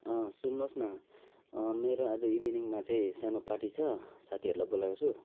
सुन्नुहोस् न मेरो आज इभिनिङमा चाहिँ सानो पार्टी छ साथीहरूलाई बोलाएको छु